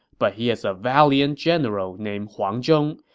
but he has a valiant general named huang zhong.